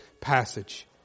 passage